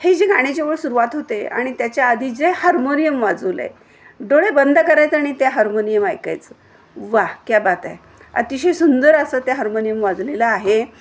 हे जे गाण्याची ओळ सुरुवात होते आणि त्याच्या आधी जे हार्मोनियम वाजवलं आहे डोळे बंद करायचे आणि त्या हार्मोनियम ऐकायचं वा क्या बात है अतिशय सुंदर असं त्या हार्मोनियम वाजवलेलं आहे